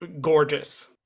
gorgeous